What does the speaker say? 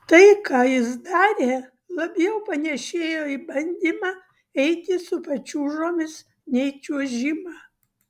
tai ką jis darė labiau panėšėjo į bandymą eiti su pačiūžomis nei čiuožimą